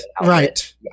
Right